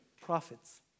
profits